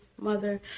mother